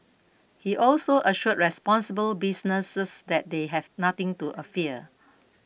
he also assured responsible businesses that they had nothing to fear